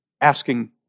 Asking